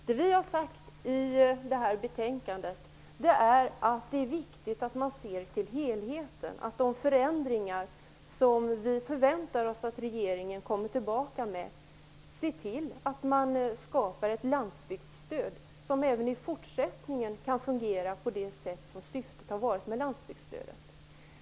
Det som vi har sagt i detta betänkande är att det är viktigt att man ser till helheten, att man i de förändringar som vi förväntar oss att regeringen kommer tillbaka med ser till att skapa ett landsbygdsstöd som även i fortsättningen kan fungera på det sätt som syftet har varit med landsbygdsstödet.